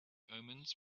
omens